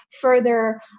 further